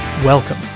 Welcome